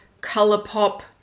ColourPop